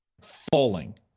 falling